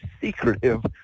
secretive